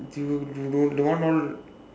do you you don't want all